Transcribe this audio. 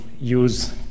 use